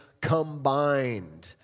combined